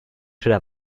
should